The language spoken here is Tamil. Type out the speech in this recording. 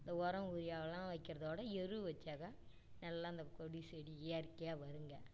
அந்த உரம் யூரியாவெலாம் வைக்கிறதோட எரு வச்சால்தான் நல்லா அந்த கொடி செடி இயற்கையாக வருங்க